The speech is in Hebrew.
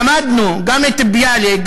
למדנו גם את ביאליק,